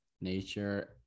Nature